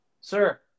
sir